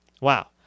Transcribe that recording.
Wow